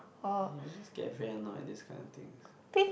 I just get very annoyed this kind of things